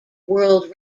world